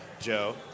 Joe